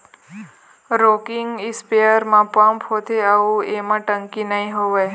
rocking spare म pump होथे अउ एमा टंकी नइ होवय